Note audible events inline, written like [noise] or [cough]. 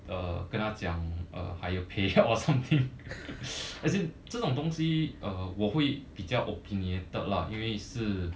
uh 跟他讲 uh higher pay [laughs] or something as in 这种东西 uh 我会比较 opinionated lah 因为是